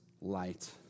light